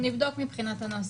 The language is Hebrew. נבדוק מבחינת הנוסח.